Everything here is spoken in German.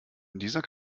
dieser